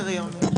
תודה.